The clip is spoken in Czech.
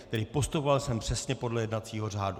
Tedy postupoval jsem přesně podle jednacího řádu!